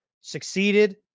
succeeded